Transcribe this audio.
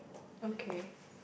okay